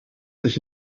sich